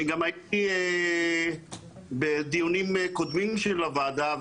אני גם הייתי בדיונים קודמים של הוועדה,